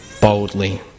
boldly